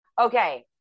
Okay